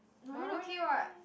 maroon okay what